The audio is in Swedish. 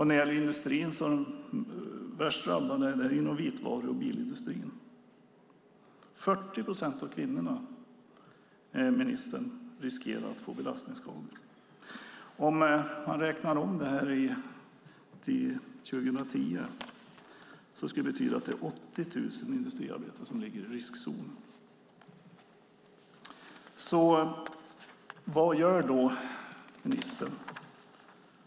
Värst drabbad är man inom vitvaruindustrin och bilindustrin. 40 procent av kvinnorna riskerar att få belastningsskador, ministern. Räknar man om det till antal personer är det 80 000 industriarbetare som ligger i riskzonen. Vad gör då ministern?